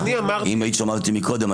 אם היית שומעת אותי קודם,